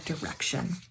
direction